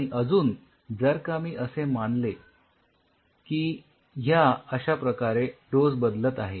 आणि अजून जर का मी असे मानले की ह्या अश्याप्रकारे डोज बदलत आहे